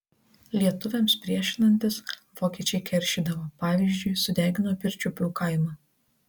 lietuviams priešinantis vokiečiai keršydavo pavyzdžiui sudegino pirčiupių kaimą